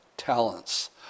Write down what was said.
talents